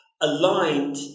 aligned